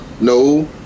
no